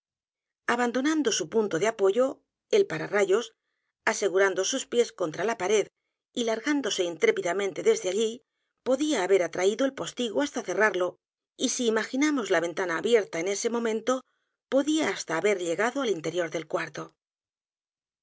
abandonando su punto de apoyo el pararrayos asegurando sus pies contra la pared y largándose intrépidamende desde allí podía haber atraído el postigo hasta cerrarlo y si imaginamos la ventana abierta en ese momento podía hasta haber llegado al interior del cuarto